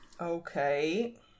Okay